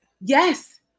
Yes